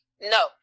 No